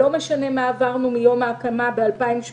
לא משנה מה עברנו מיום ההקמה ב-2018,